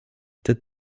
ted